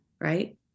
Right